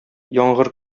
яңгыр